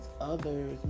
others